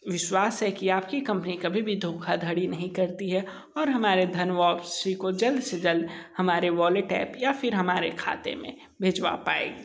विश्वास है कि आपकी कंपनी कभी भी धोखाधड़ी नहीं करती है और हमारे धन वापसी को जल्द से जल्द हमारे वॉलेट ऐप है या फ़िर हमारे खाते में भिजवा पाएगी